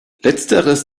letzteres